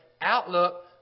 outlook